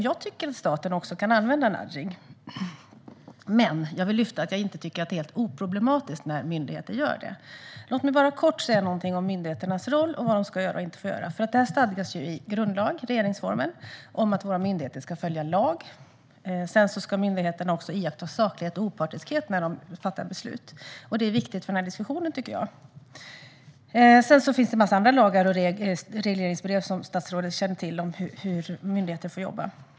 Jag tycker att staten ska kunna använda nudging. Men jag vill lyfta fram att jag inte tycker att det är helt oproblematiskt när myndigheter gör det. Låt mig kort säga någonting om myndigheternas roll och vad de ska göra och inte får göra. Det stadgas i grundlag, regeringsformen, att våra myndigheter ska följa lag. Sedan ska myndigheterna också iaktta saklighet och opartiskhet när de fattar beslut. Det är viktigt för den här diskussionen. Sedan finns det en mängd andra lagar och regleringsbrev, som statsrådet känner till, om hur myndigheter får jobba.